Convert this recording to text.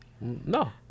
No